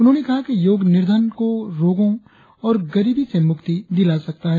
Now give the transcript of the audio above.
उन्होंने कहा कि योग निर्धन को रोगों और गरीबी से मुक्ति दिला सकता है